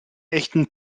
echten